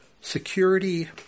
Security